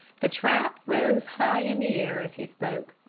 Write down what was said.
the trap rose high in the air as he spoke,